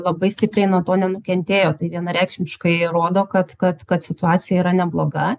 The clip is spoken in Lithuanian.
labai stipriai nuo to nenukentėjo tai vienareikšmiškai rodo kad kad kad situacija yra nebloga